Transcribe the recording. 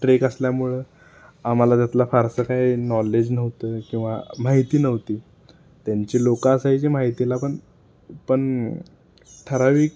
trek असल्यामुळं आम्हाला त्यातला फारसं काय नॉलेज नव्हतं किंवा माहिती नव्हती त्यांची लोकं असायची माहितीला पण पण ठराविक